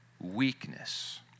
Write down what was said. weakness